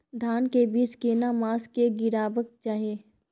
धान के बीज केना मास में गीराबक चाही?